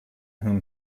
whom